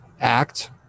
act